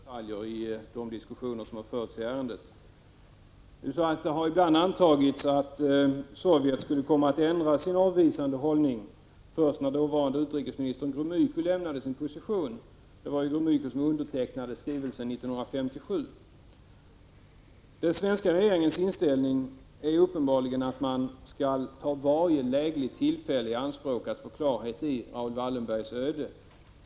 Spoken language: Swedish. Fru talman! Jag har förståelse för att statsministern inte kan redogöra för alla delar i de diskussioner som har förts i ärendet. Det har ibland antagits att Sovjet skulle komma att ändra sin avvisande hållning först när dåvarande utrikesministern Gromyko lämnade sin position. Det var ju Gromyko som undertecknade skrivelsen 1957. Den svenska regeringens inställning är uppenbarligen att man skall ta varje lägligt tillfälle i anspråk för att få klarhet i Raoul Wallenbergs öde.